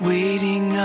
Waiting